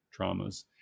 traumas